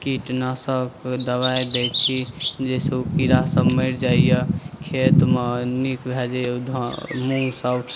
कीटनाशक दवाइ दै छी जाहिसँ ओ कीड़ासब मरि जाइए खेतमे नीक भऽ जाइए मूँगसब